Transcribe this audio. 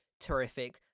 terrific